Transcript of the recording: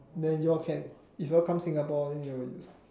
then you all can if you all come Singapore then you use